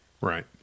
Right